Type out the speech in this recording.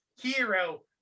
hero